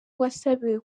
wasabiwe